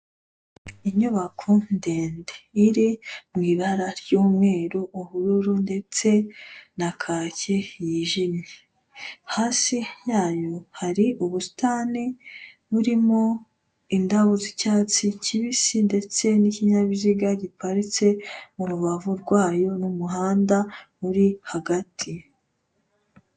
inyubako ndende iri mw'ibara ry'umweru, ubururu ndetse na kaki yijimye, hari ubusitani burimo indabo zicyatsi kibisi ndetse ikinyabiziga giparitse murubavu rwayo n'umuhanda uri hagati